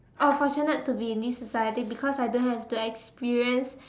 oh fortunate to be in this society because I don't have to experience